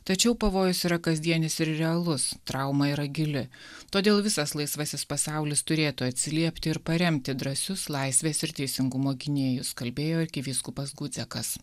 tačiau pavojus yra kasdienis ir realus trauma yra gili todėl visas laisvasis pasaulis turėtų atsiliepti ir paremti drąsius laisvės ir teisingumo gynėjus kalbėjo arkivyskupas gucekas